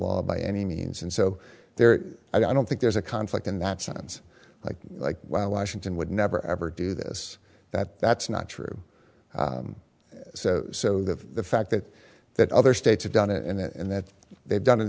law by any means and so there i don't think there's a conflict in that sense like like why washington would never ever do this that that's not true so the fact that that other states have done it and that they've done in